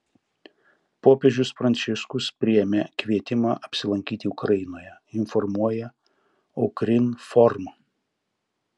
popiežius pranciškus priėmė kvietimą apsilankyti ukrainoje informuoja ukrinform